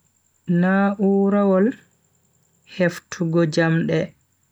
Na'uarawol heftugo jamde.